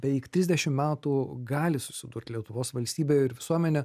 beveik trisdešim metų gali susidurt lietuvos valstybė ir visuomenė